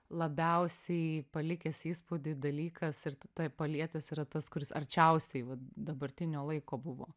labiausiai palikęs įspūdį dalykas ir tave palietęs yra tas kuris arčiausiai vat dabartinio laiko buvo